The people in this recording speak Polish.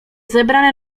zebrane